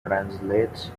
translates